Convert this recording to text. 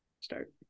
Start